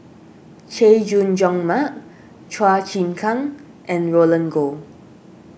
Chay Jung Jun Mark Chua Chim Kang and Roland Goh